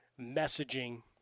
messaging